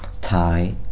Thai